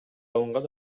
алынган